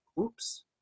oops